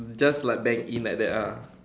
just like bank in like that ah